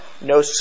no